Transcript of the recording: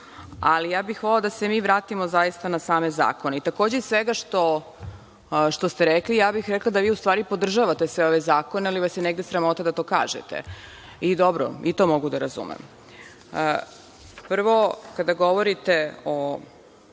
ali ja bih volela da se mi zaista vratimo na same zakone. Takođe, iz svega što ste rekli, ja bih rekla da vi u stvari podržavate sve ove zakone, ali vas je negde sramota da to kažete. Dobro, i to mogu da razumem. Prvo, kada govorite o